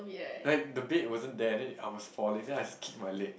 like the bed wasn't there then I was falling then I just kick my leg